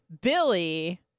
Billy